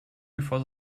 before